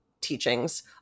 teachings